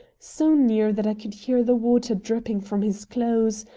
so near that i could hear the water dripping from his clothes,